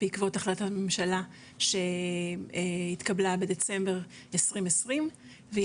בעקבות החלטת ממשלה שהתקבלה בדצמבר 2020 והיא